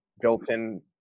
built-in